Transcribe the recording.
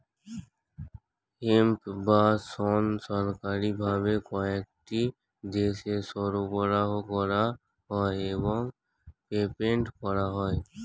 hemp বা শণ সরকারি ভাবে কয়েকটি দেশে সরবরাহ করা হয় এবং পেটেন্ট করা হয়